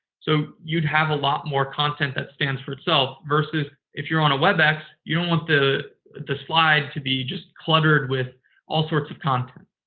so, you'd have a lot more content that stands for itself versus if you're on a webex, you don't want the the slide to be just cluttered with all sorts of content.